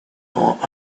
want